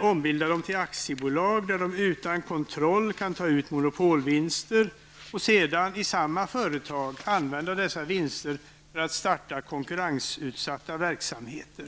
ombilda dem till aktiebolag där de utan kontroll kan ta ut monopolvinster som de sedan i samma företag kan använda för att starta konkurrensutsatta verksamheter.